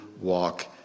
walk